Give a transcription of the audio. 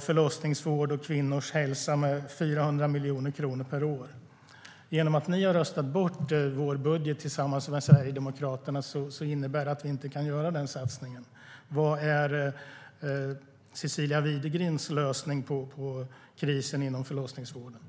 förlossningsvård och kvinnors hälsa med 400 miljoner kronor per år. Genom att ni tillsammans med Sverigedemokraterna röstat bort vår budget innebär det att vi inte kan göra den satsningen. Vad är Cecilia Widegrens lösning på krisen inom förlossningsvården?